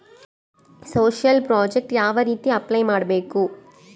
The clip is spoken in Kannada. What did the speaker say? ಸೋಶಿಯಲ್ ಪ್ರಾಜೆಕ್ಟ್ ಯಾವ ರೇತಿ ಅಪ್ಲೈ ಮಾಡಬೇಕು?